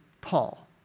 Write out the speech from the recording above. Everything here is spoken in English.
Paul